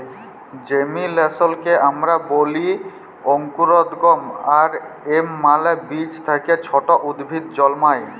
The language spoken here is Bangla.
জেমিলেসলকে আমরা ব্যলি অংকুরোদগম আর এর মালে বীজ থ্যাকে ছট উদ্ভিদ জলমাল